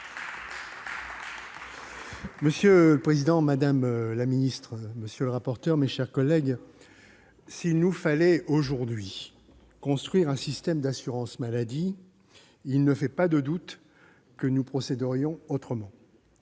Monsieur le président, madame la ministre, monsieur le rapporteur, mes chers collègues, s'il nous fallait aujourd'hui construire un système d'assurance maladie, il ne fait pas de doute que nous procéderions autrement